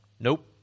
Nope